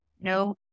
no